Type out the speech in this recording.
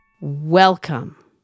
Welcome